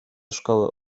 szkoły